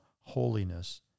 holiness